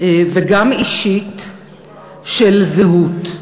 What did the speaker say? וגם אישית של זהות,